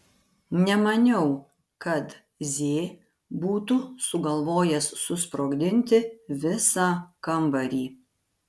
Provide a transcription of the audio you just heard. nemaniau kad z būtų sugalvojęs susprogdinti visą kambarį